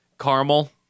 caramel